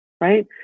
right